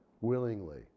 willingly